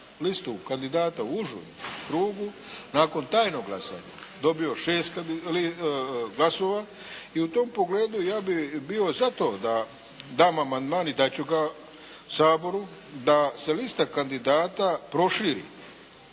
listu kandidata u užem krugu, nakon tajnog glasanja dobio 6 glasova i u tom pogledu ja bih bio za to da dam amandman i dat ću ga Saboru, da se lista kandidata proširi